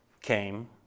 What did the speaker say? came